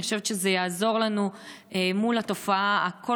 אני חושבת שזה יעזור לנו מול התופעה הקשה